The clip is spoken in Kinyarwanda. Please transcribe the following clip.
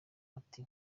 ati